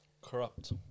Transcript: Corrupt